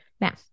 Now